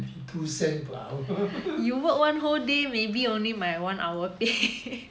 seventy two cents per hour